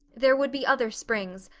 there would be other springs,